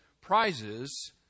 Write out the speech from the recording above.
prizes